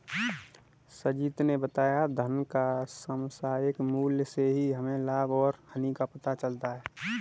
संजीत ने बताया धन का समसामयिक मूल्य से ही हमें लाभ और हानि का पता चलता है